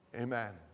amen